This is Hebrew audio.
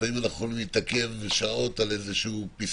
לפעמים אנחנו יכולים להתעכב במשך שעות על איזו פסקה